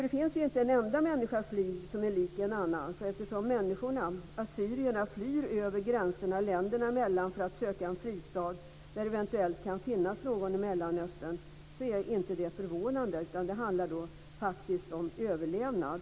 Det finns inte en enda människas liv som är lik en annans. Och eftersom människorna, assyrierna, flyr över gränserna länderna emellan för att söka en fristad där det eventuellt kan finnas någon i Mellanöstern är detta inte förvånande, utan det handlar faktiskt om överlevnad.